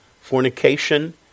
fornication